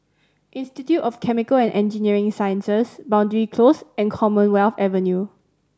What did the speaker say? Institute of Chemical and Engineering Sciences Boundary Close and Commonwealth Avenue